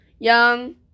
Young